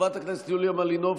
חברת הכנסת יוליה מלינובסקי,